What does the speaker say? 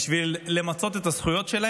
בשביל למצות את הזכויות,